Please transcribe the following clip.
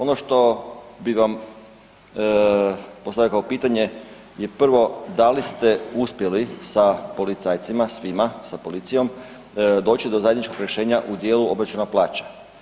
Ono što bih vam postavio kao pitanje je prvo da li ste uspjeli sa policajcima svima, sa policijom doći do zajedničkog rješenja u dijelu obračuna plaća?